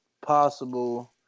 possible